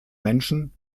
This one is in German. menschen